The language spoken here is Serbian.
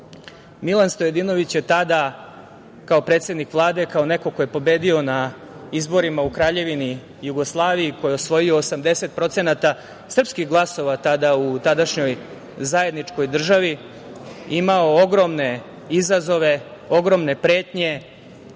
Milan Stojadinović je tada, kao predsednik Vlade, kao neko ko je pobedio na izborima u Kraljevini Jugoslaviji, koji je osvojio 80% srpskih glasova tada u tadašnjoj zajedničkoj državi imao ogromne izazove, ogromne pretnje